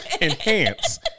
enhance